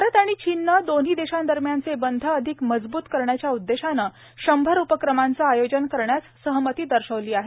भारत आणि चीननं दोन्ही देशांदरम्यानचे बंध अधिक मजब्त करण्याच्या उद्देशानं शंभर उपक्रमाचं आयोजन करण्यास सहमती दर्शवली आहे